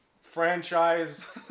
franchise